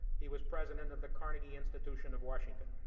he was president of the carnegie institution of washington.